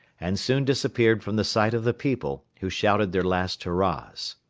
and soon disappeared from the sight of the people, who shouted their last hurrahs.